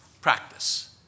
practice